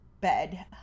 bed